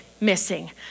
missing